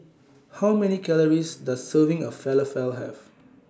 How Many Calories Does Serving of Falafel Have